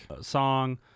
song